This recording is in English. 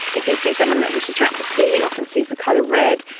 if he sees someone that he's attracted to he often sees the colour red.